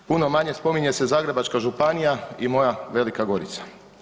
Puno manje spominje se i Zagrebačka županija i moja Velika Gorica.